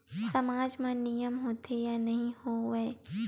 सामाज मा नियम होथे या नहीं हो वाए?